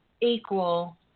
equal